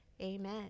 Amen